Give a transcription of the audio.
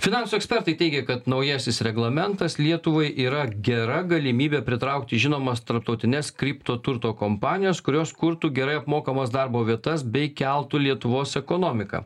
finansų ekspertai teigia kad naujasis reglamentas lietuvai yra gera galimybė pritraukti žinomas tarptautines kripto turto kompanijos kurios kurtų gerai apmokamas darbo vietas bei keltų lietuvos ekonomiką